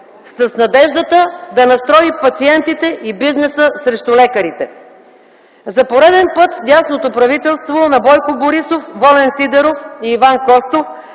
с надеждата да настрои пациентите и бизнеса срещу лекарите. За пореден път дясното правителство на Бойко Борисов, Волен Сидеров и Иван Костов